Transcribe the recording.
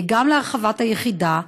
גם להרחבת היחידה,